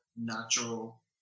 natural